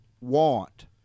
want